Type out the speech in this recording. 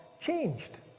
changed